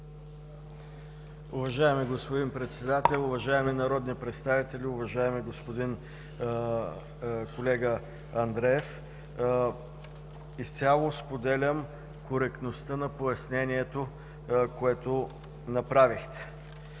Уважаеми господин Председател, уважаеми народни представители! Уважаеми колега, господин Андреев! Изцяло споделям коректността на пояснението, което направихте.